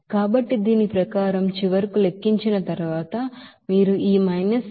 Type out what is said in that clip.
కాబట్టి దీని ప్రకారం చివరకు లెక్కించిన తరువాత మీరు ఈ 88